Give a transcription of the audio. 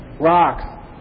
rocks